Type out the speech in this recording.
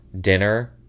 dinner